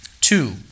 Two